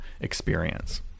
experience